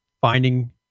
finding